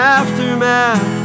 aftermath